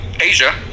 Asia